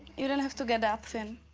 you don't have to get up, fin.